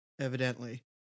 evidently